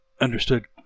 understood